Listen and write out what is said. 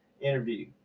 interview